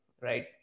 right